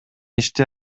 ишти